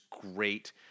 great